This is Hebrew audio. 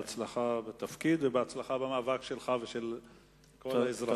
בהצלחה בתפקיד ובהצלחה במאבק שלך ושל כל האזרחים.